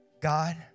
God